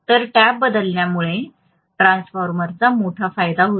तर टॅप बदलण्यामुळे ट्रान्सफॉर्मरचा मोठा फायदा होतो